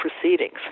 proceedings